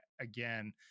again